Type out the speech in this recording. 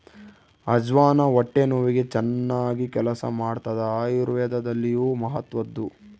ಅಜ್ವಾನ ಹೊಟ್ಟೆ ನೋವಿಗೆ ಚನ್ನಾಗಿ ಕೆಲಸ ಮಾಡ್ತಾದ ಆಯುರ್ವೇದದಲ್ಲಿಯೂ ಮಹತ್ವದ್ದು